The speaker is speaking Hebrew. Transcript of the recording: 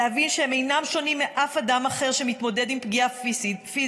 להבין שהם אינם שונים מאף אדם אחר שמתמודד עם פגיעה פיזית,